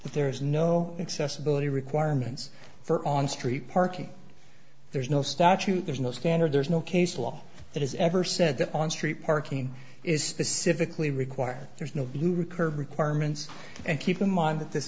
that there is no accessibility requirements for on street parking there's no statute there's no standard there's no case law that has ever said that on street parking is specifically required there's no blue recurve requirements and keep in mind that this